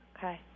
Okay